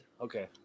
Okay